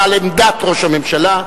על עמדת ראש הממשלה.